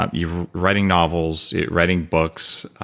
um you're writing novels, writing books.